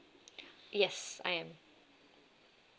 yes I am